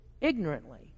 ignorantly